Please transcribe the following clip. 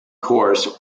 course